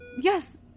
yes